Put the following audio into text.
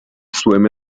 swim